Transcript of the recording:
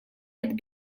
had